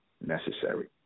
necessary